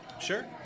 sure